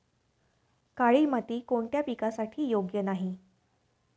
काळी माती कोणत्या पिकासाठी योग्य नाही?